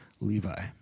Levi